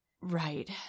Right